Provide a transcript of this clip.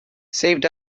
saved